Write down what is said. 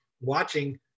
watching